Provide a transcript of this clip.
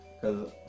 Cause